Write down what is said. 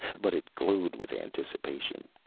but it glowed with anticipation,